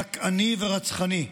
דכאני ורצחני,